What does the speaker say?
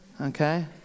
Okay